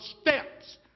steps